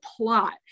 plot